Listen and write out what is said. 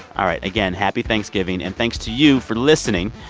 all right, again, happy thanksgiving. and thanks to you for listening.